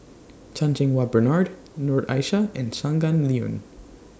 Chan Cheng Wah Bernard Noor Aishah and Shangguan Liuyun